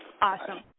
awesome